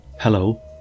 Hello